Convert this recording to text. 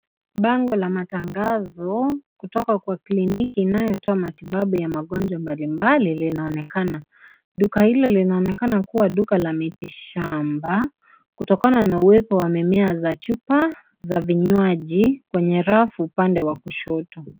Bango la matangazo kutoka kwa kliniki inayotoa matibabu ya magonjwa mbalimbali linaonekana. Duka hilo linaonekana kuwa, duka la miti shamba kutokana na uwepo wa mimea za chupa za vinywaji, kwenye rafu upande wa kushoto.